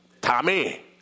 Tommy